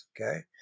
okay